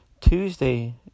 Tuesday